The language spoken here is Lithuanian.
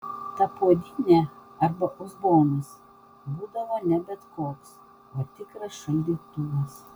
ta puodynė arba uzbonas būdavo ne bet koks o tikras šaldytuvas